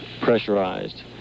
pressurized